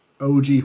OG